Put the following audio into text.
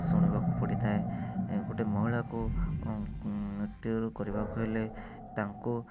ଶୁଣିବାକୁ ପଡ଼ିଥାଏ ଗୋଟେ ମହିଳାକୁ ନୃତ୍ୟ କରିବାକୁ ହେଲେ ତାଙ୍କୁ